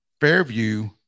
Fairview